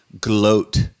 gloat